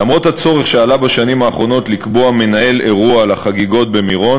למרות הצורך שעלה בשנים האחרונות לקבוע מנהל אירוע לחגיגות במירון,